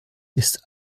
ist